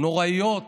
נוראיות